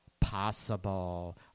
possible